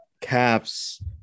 Caps